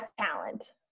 talent